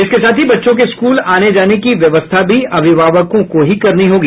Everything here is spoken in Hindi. इसके साथ ही बच्चों के स्कूल आने जाने की व्यवस्था भी अभिभावकों को ही करनी होगी